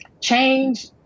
Change